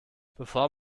bevor